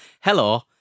Hello